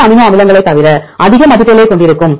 அதே அமினோ அமிலங்களைத் தவிர அதிக மதிப்புகளைக் கொண்டிருக்கும்